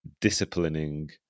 disciplining